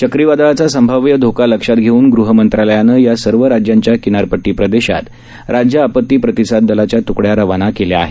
चक्रीवादळाचा संभाव्य धोका लक्षात घेऊन गृहमंत्रालयानं या सर्व राज्यांच्या किनारपट्टी प्रदेशात राज्य आपती प्रतिसाद दलाच्या तुकड़या रवाना केल्या आहेत